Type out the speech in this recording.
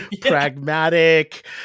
pragmatic